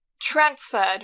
transferred